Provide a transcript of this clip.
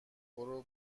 برو